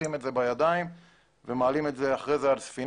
פותחים את זה בידיים ומעלים את זה לאחר מכן על ספינות,